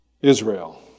Israel